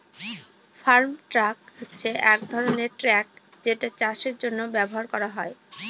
farm truck হচ্ছে এক ধরনের ট্র্যাক যেটা চাষের জন্য ব্যবহার করা হয়